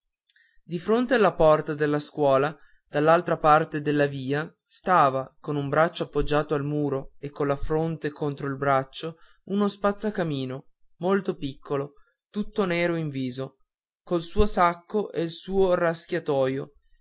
di fronte alla porta della scuola dall'altra parte della via stava con un braccio appoggiato al muro e colla fronte contro il braccio uno spazzacamino molto piccolo tutto nero in viso col suo sacco e il suo raschiatoio